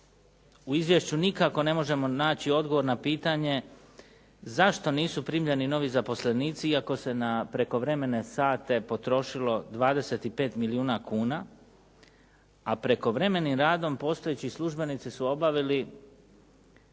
u izvješću nikako ne možemo naći odgovor na pitanje zašto nisu primljeni novi zaposlenici iako se na prekovremene sate potrošilo 25 milijuna kuna a prekovremenim radom postojeći službenici su obavili